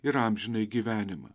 ir amžinąjį gyvenimą